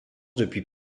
depuis